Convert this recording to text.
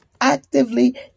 actively